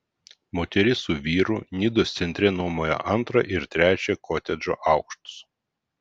moteris su vyru nidos centre nuomoja antrą ir trečią kotedžo aukštus